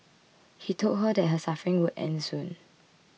he told her that her suffering would end soon